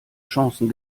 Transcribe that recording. chancen